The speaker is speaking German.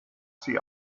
sie